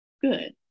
Good